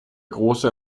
große